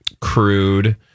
crude